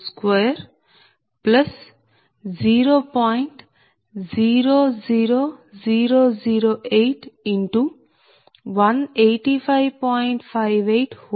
54 MW